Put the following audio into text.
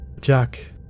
Jack